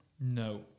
no